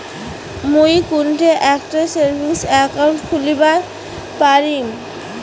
মুই কোনঠে একটা সেভিংস অ্যাকাউন্ট খুলিবার পারিম?